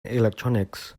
electronics